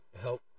help